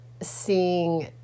seeing